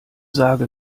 sage